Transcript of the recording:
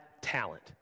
talent